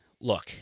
look